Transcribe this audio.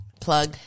Plug